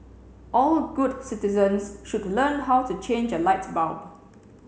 all good citizens should learn how to change a light bulb